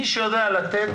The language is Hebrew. מי שיודע לתת,